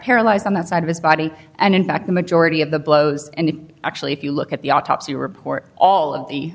paralyzed on that side of his body and in fact the majority of the blows and actually if you look at the autopsy report all of the